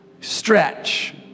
stretch